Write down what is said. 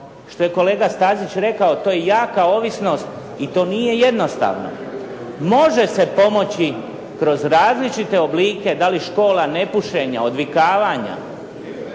Što je kolega Stazić rekao, to je jaka ovisnost i to nije jednostavno. Može se pomoći kroz različite oblike da li škola nepušenja, odvikavanja,